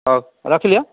ହଉ ରଖିଲି ଆଁ